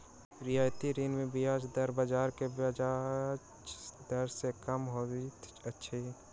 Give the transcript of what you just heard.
रियायती ऋण मे ब्याज दर बाजार के ब्याज दर सॅ कम होइत अछि